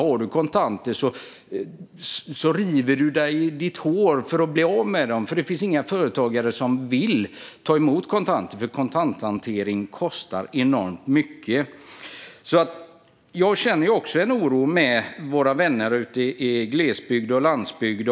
Har man kontanter river man sitt hår för att bli av med dem. Det finns inga företagare som vill ta emot kontanter eftersom kontanthantering kostar enormt mycket. Jag känner också en oro för våra vänner ute i glesbygd och landsbygd.